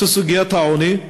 סוגיית העוני.